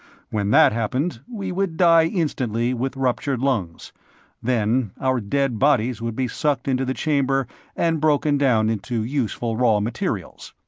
when that happened, we would die instantly with ruptured lungs then our dead bodies would be sucked into the chamber and broken down into useful raw materials.